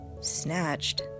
snatched